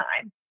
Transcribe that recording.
time